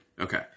Okay